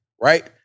right